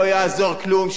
לא יעזור כלום,